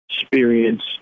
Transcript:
experience